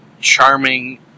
charming